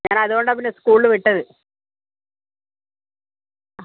ഞാനതുകൊണ്ടാണ് പിന്നെ സ്കൂളിൽ വിട്ടത് ആ